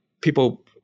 people